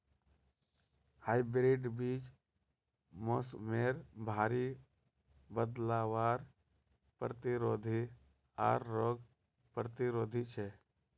hybrid बीज मोसमेर भरी बदलावर प्रतिरोधी आर रोग प्रतिरोधी छे